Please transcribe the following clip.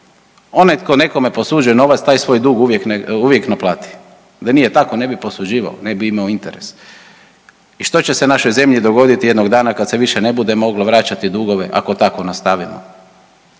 Onaj tko nekome posuđuje novac taj svoj dug uvijek naplati, da nije tako ne bi posuđivao, ne bi imao interes. I što će se našoj zemlji dogoditi jednog dana kad se više ne bude moglo vraćati dugove ako tako nastavimo?